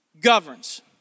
governs